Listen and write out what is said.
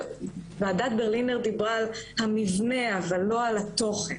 ועדת ברלינר דיברה על המבנה אבל לא על התוכן.